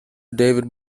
david